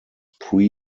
pre